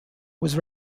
was